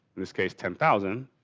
in this case ten thousand,